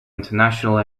international